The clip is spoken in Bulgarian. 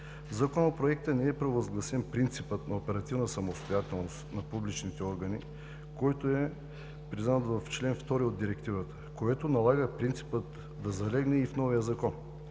Законопроекта не е провъзгласен принципът на оперативна самостоятелност на публичните органи, което е признато в чл. 2 от Директивата и което налага принципът да залегне и в новия Закон.